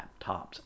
laptops